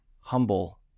humble